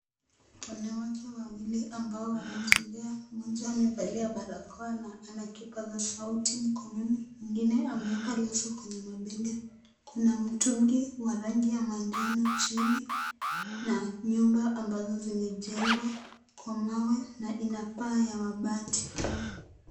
Wanawake wawili ambao wanatembea, mmoja amevaa barakoa na ana kipaza sauti mkononi, mwingine ameweka leso kwenye mabega. Kuna mtungi wa rangi ya manjano chini, na nyumba ambazo zimejengwa, kwa mawe na ina paa ya mabati.